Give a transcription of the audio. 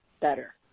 better